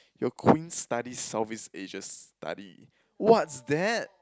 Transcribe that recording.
your queens study South East Asia study what's that